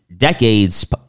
Decades